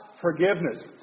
forgiveness